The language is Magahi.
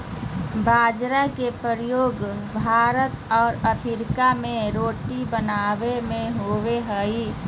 बाजरा के प्रयोग भारत और अफ्रीका में रोटी बनाबे में होबो हइ